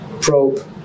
Probe